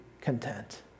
content